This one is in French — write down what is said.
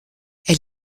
elle